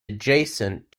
adjacent